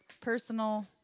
personal